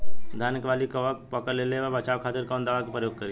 धान के वाली में कवक पकड़ लेले बा बचाव खातिर कोवन दावा के प्रयोग करी?